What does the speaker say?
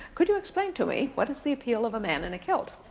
could you explain to me what is the appeal of a man in a kilt?